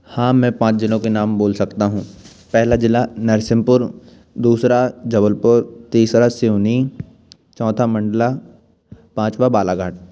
हाँ मैं पाँच जन के नाम बोल सकता हूँ पहला ज़िला नरसिंहपुर दूसरा जबलपुर तीसरा सिवनी चौथा मंडला पाँचवां बालाघाट